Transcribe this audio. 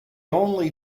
only